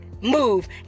move